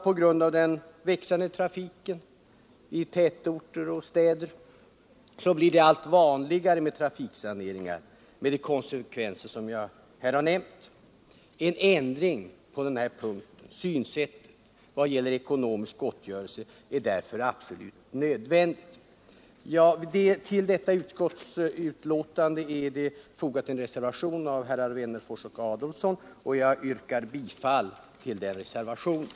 På grund av den växande trafiken i städer och tätorter blir det allt vanligare med trafiksaneringar med de konsekvenser som jag här har nämnt. En ändring i synsättet i vad gäller ekonomisk gottgörelse är därför absolut nödvändig. Till detta utskottsbetänkande är fogad en reservation av herrar Wennerfors och Adolfsson. Jag yrkar bifall till den reservationen.